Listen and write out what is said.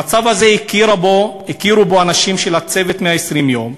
המצב הזה, הכירו בו ב"צוות 120 הימים",